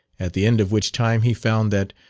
at the end of which time he found that,